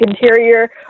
interior